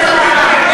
תעשה weekend בלוד.